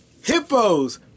Hippos